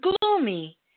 gloomy